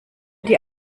dir